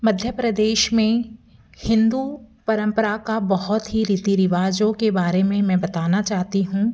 मध्य प्रदेश में हिन्दू परम्परा का बहुत ही रीति रिवाजों के बारे में मैं बताना चाहती हूँ